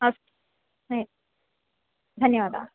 अस्तु नयतु धन्यवादाः